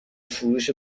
فروش